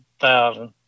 thousand